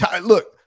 look